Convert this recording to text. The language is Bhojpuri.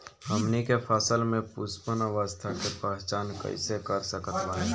हमनी के फसल में पुष्पन अवस्था के पहचान कइसे कर सकत बानी?